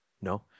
No